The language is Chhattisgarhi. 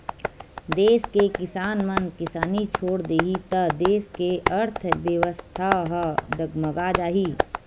देस के किसान मन किसानी छोड़ देही त देस के अर्थबेवस्था ह डगमगा जाही